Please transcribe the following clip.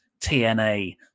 TNA